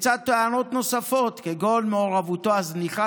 לצד טענות נוספות כגון מעורבותו הזניחה